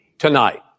Tonight